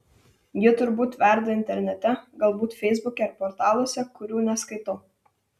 ji turbūt verda internete galbūt feisbuke ar portaluose kurių neskaitau